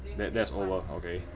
that that's over okay